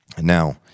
Now